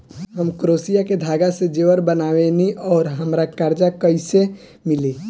हम क्रोशिया के धागा से जेवर बनावेनी और हमरा कर्जा कइसे मिली?